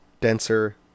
denser